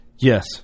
Yes